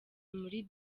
muri